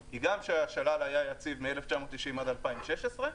היא גם שהשלל היה יציב מ-1990 עד 2016,